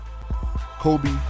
Kobe